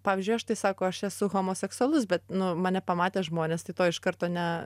pavyzdžiui aš tai sako aš esu homoseksualus bet nu mane pamatę žmonės to iš karto ne